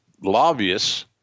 lobbyists